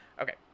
Okay